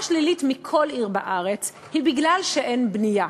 שלילית מכל עיר בארץ היא מפני שאין בנייה,